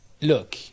look